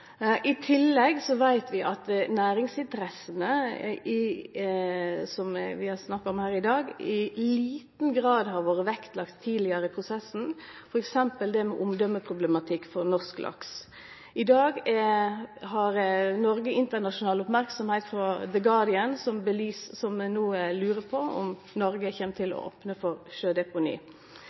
I tillegg veit vi at næringsinteressene som vi har snakka om her i dag, i liten grad har vore vektlagde tidlegare i prosessen, f.eks. det med omdømeproblematikk for norsk laks. I dag har Noreg internasjonal merksemd frå The Guardian, som no lurer på om Noreg kjem til å opne for sjødeponi.